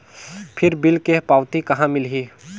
फिर बिल के पावती कहा मिलही?